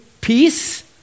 peace